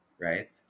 Right